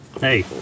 Hey